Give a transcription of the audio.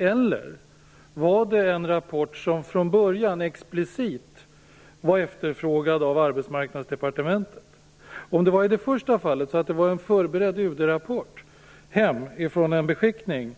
Eller var det en rapport som från början explicit var efterfrågad av Arbetsmarknadsdepartementet? Om det är som i det första fallet, dvs. att det var en förberedd UD-rapport hem från en beskickning,